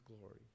glory